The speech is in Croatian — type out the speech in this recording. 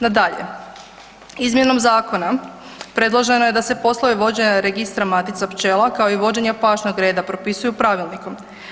No dalje, izmjenom zakona predloženo je da se poslovi vođenja Registra matica pčela, kao i vođenja pašnog reda propisuju pravilnikom.